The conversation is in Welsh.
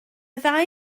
ddau